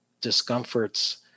discomforts